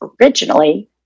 originally